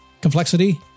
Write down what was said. Complexity